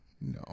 no